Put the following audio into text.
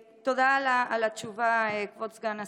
תודה על התשובה, כבוד סגן השרה.